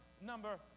number